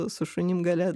su šunim gali